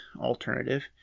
alternative